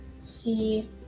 see